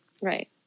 Right